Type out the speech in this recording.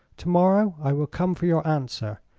to-morrow i will come for your answer.